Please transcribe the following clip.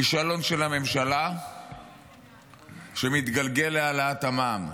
כישלון של הממשלה שמתגלגל להעלאת המע"מ,